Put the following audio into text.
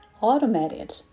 automated